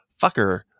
Fucker